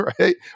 right